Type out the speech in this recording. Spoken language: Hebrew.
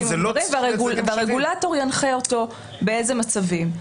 והרגולטור ינחה אותו באילו מצבים.